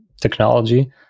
technology